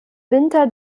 winter